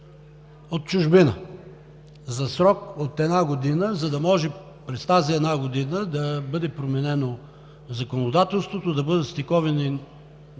от чужбина за срок от една година, за да може през тази една година да бъде променено законодателството, да бъдат стиковани